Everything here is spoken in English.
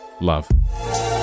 Love